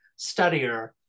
studier